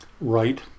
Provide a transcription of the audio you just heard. right